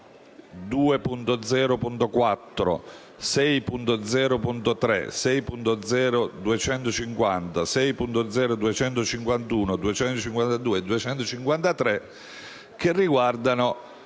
(2.0.4, 6.0.3, 6.0.250, 6.0.251, 6.0.252 e 6.0.253) che riguardano